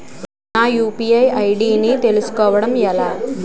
నా UPI ID ని తెలుసుకోవడం ఎలా?